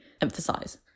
emphasize